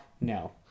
No